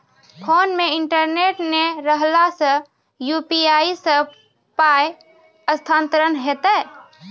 Phone मे internet नै रहला सॅ, यु.पी.आई सॅ पाय स्थानांतरण हेतै?